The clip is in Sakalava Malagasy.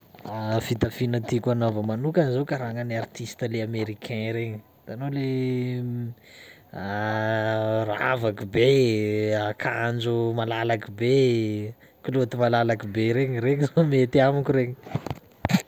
Fitafiana tiako hanaova manokana zao karaha gnan'ny artiste le Americain regny, hitanao le ravaky be, akanjo malalaky be, kilaoty malalaky be regny, regny zao mety amiko regny.